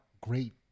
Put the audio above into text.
great